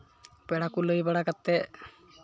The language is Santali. ᱯᱮᱲᱟ ᱠᱚ ᱞᱟᱹᱭ ᱵᱟᱲᱟ ᱠᱟᱛᱮᱫ